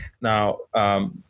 Now